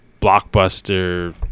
blockbuster